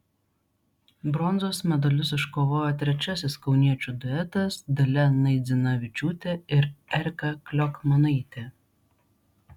bronzos medalius iškovojo trečiasis kauniečių duetas dalia naidzinavičiūtė ir erika kliokmanaitė